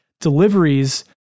deliveries